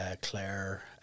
Claire